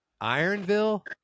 Ironville